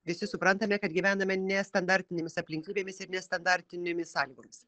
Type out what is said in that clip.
visi suprantame kad gyvename nestandartinėmis aplinkybėmis ir nestandartinėmis sąlygomis